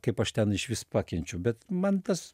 kaip aš ten išvis pakenčiau bet man tas